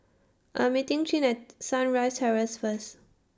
I'm meeting Chin At Sunrise Terrace First